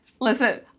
listen